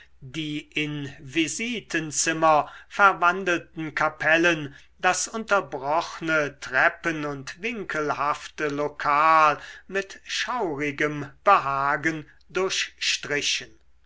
die in visitenzimmer verwandelten kapellen das unterbrochne treppen und winkelhafte lokal mit schaurigem behagen durchstrichen